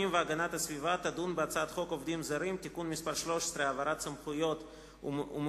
ועדת הכנסת, יש